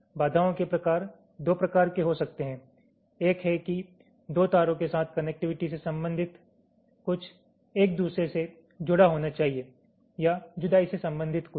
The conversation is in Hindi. बाधाओं के प्रकार दो प्रकार के हो सकते हैं एक है कि 2 तारों के साथ कनेक्टिविटी से संबंधित कुछ एक दूसरे से जुड़ा होना चाहिए या जुदाई से संबंधित कुछ